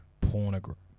Pornography